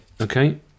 Okay